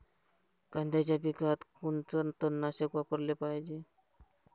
कांद्याच्या पिकात कोनचं तननाशक वापराले पायजे?